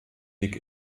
dick